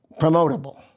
promotable